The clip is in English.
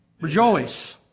Rejoice